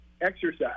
exercise